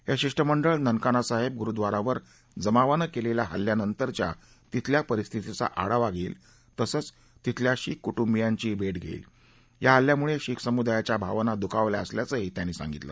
हा शिष्टमंडळ ननकाना साहक गुरुद्वारावर जमावानं क्विख्रा हल्ल्यानंतरच्या तिथल्या परिस्थितीचा आढावा घड्के तसंच तिथल्या शिख कु शियांचीही भागघड्के या हल्ल्यामुळशीख समुदायाच्या भावना दुखावल्या असल्याचंही त्यांनी सांगितलं